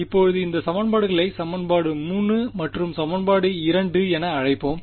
இப்போது இந்த சமன்பாடுகளை சமன்பாடு 3 மற்றும் சமன்பாடு 2 என அழைப்போம்